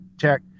check